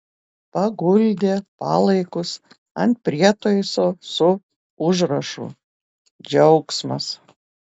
paguldė palaikus ant prietaiso su užrašu džiaugsmas